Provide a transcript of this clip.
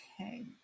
Okay